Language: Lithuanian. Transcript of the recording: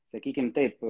sakykime taip